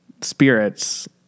spirits